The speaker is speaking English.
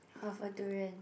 half a durian